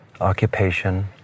occupation